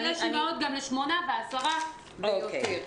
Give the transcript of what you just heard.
יש גם אימהות לשמונה ועשרה ויותר.